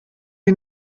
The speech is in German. die